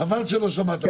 חבל שלא שמעת,